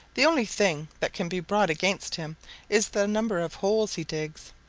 the only thing that can be brought against him is the number of holes he digs.